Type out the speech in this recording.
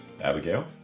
Abigail